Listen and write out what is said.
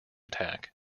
attack